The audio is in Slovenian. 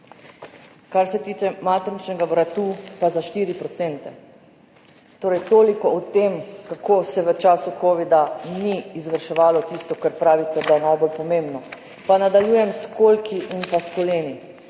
kar se tiče materničnega vratu pa za 4 %. Torej, toliko o tem, kako se v času covida ni izvrševalo tisto, kar pravite, da je najbolj pomembno. Pa nadaljujem s kolki in s koleni.